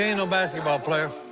you know basketball player.